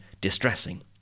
distressing